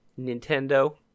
nintendo